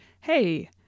hey